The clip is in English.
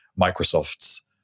Microsoft's